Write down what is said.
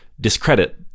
discredit